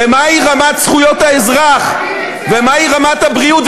ומהי רמת זכויות האזרח ומהי רמת הבריאות,